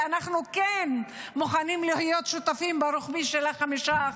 ואנחנו כן מוכנים להיות שותפים ברוחבי של 5%,